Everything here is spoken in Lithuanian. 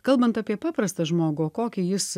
kalbant apie paprastą žmogų o kokį jis